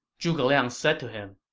zhuge liang said to him,